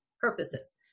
purposes